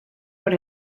por